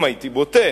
אם הייתי בוטה,